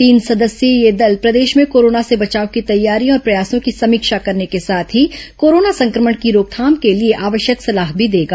तीन सदस्यीय यह दल प्रदेश में कोरोना से बचाव की तैयारियों और प्रयासों की समीक्षा करने के साथ ही कोरोना संक्रमण की रोकथाम के लिए आवश्यक सलाह भी देगा